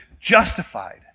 justified